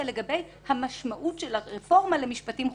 לגבי המשמעות של הרפורמה למשפטים חוזרים.